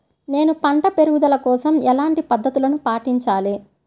నేను పంట పెరుగుదల కోసం ఎలాంటి పద్దతులను పాటించాలి?